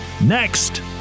Next